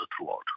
throughout